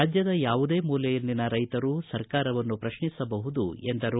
ರಾಜ್ಯದ ಯಾವುದೇ ಮೂಲೆಯಲ್ಲಿನ ರೈತರು ಸರ್ಕಾರವನ್ನು ಪ್ರತ್ನಿಸಬಹುದು ಎಂದರು